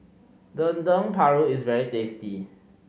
Dendeng Paru is very tasty